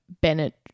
Bennett